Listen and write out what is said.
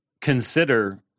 consider